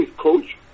coach